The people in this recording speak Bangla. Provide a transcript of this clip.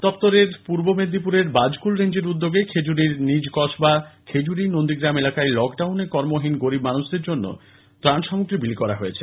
বন দফতরের পূর্ব মেদিনীপুরের বাজকুল রেঞ্জের উদ্যোগে খেজুরির নিজ কসবা খেজুরি নন্দীগ্রাম এলাকায় লক ডাউনে কর্মহীন গরিব মানুষদের মধ্যে ত্রাণ সামগ্রী বিলি করা হয়েছে